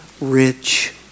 rich